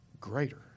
greater